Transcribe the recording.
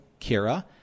Kira